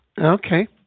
okay